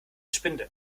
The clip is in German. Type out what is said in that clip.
spinde